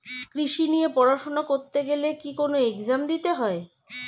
কৃষি নিয়ে পড়াশোনা করতে গেলে কি কোন এগজাম দিতে হয়?